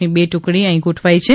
ની બે ટુકડી અફી ગોઠવાઇ છે